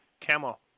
Camo